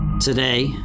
Today